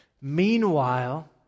Meanwhile